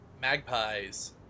Magpies